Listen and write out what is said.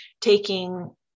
taking